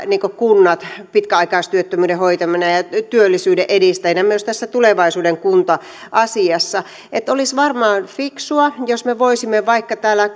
kunnat pitkäaikaistyöttömyyden hoitaminen ja ja työllisyyden edistäminen myös tässä tulevaisuuden kunta asiassa olisi varmaan fiksua jos me voisimme vaikka täällä